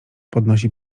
podnosi